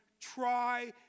try